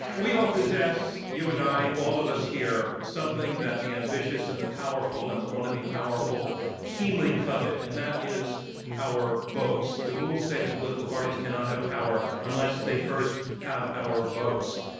we all possess, you and i, all of us here, something that the ambitious, and the powerful, and the wannabe powerful keenly covet, and that is our votes. the rules say that political parties cannot have power unless they first have our votes,